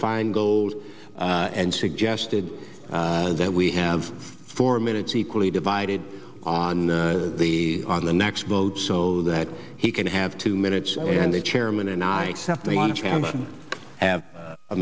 feingold and suggested that we have four minutes equally divided on the on the next boat so that he can have two minutes and the chairman and i have